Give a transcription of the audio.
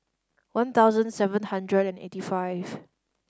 one thousand seven hundred and eighty five